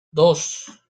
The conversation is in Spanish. dos